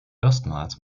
erstmals